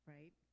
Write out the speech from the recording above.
Right